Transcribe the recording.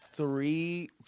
Three